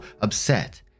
upset